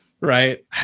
Right